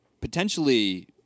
potentially